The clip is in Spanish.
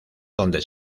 donde